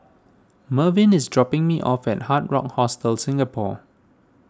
Mervyn is dropping me off at Hard Rock Hostel Singapore